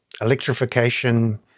electrification